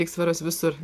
lygsvaros visur